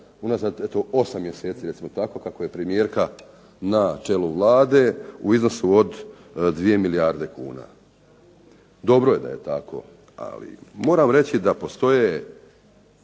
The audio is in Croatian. unazad eto 8 mjeseci recimo tako kako je premijerka na čelu Vlade u iznosu od 2 milijarde kuna. Dobro je da je tako, ali moram reći da postoje